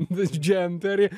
nu džemperį